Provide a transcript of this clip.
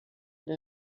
der